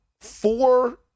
four